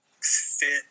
fit